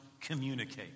communicate